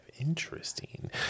interesting